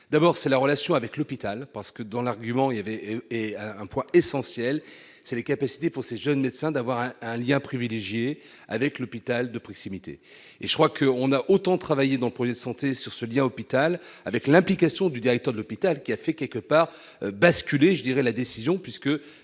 d'abord c'est la relation avec l'hôpital parce que dans l'argument, il avait est un point essentiel, c'est la capacité pour ces jeunes médecins d'avoir un un lien privilégié avec l'hôpital de proximité et je crois que on n'a autant travaillé d'employer de santé sur ce lien hôpital avec l'implication du directeur de l'hôpital qui a fait quelque